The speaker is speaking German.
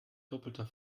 doppelter